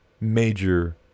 major